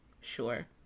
Sure